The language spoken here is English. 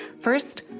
First